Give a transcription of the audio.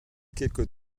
quelques